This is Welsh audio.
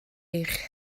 eich